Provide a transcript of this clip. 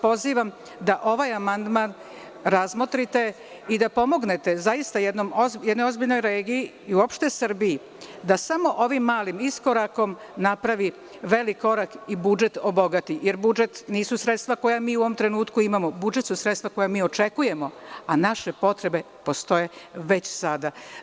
Pozivam vas da razmotrite ovaj amandman i da zaista pomognete jednoj ozbiljnoj regiji i uopšte Srbiji, da samo ovim malim iskorakom napravi veliki korak i obogati budžet, jer budžet nisu sredstva koja mi u ovom trenutku imamo, budžet su sredstva koja očekujemo, a naše potrebe postoje već sada.